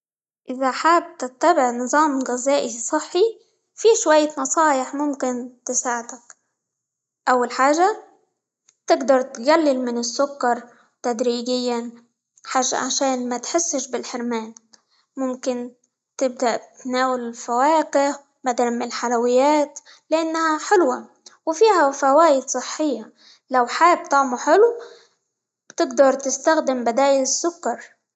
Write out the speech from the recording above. إذا حاب تتبع نظام غذائي صحي، فيه شوية نصايح ممكن تساعدك، أول حاجة تقدر تقلل من السكر تدريجيًا -عش- عشان ما تحسش بالحرمان، ممكن تبدأ بتناول الفواكه بدلًا من حلويات؛ لأنها حلوة، وفيها فوايد صحية، لو حاب طعمه حلو تقدر تستخدم بدايل السكر.